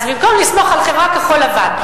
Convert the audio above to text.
אז במקום לסמוך על חברה כחול-לבן,